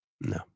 No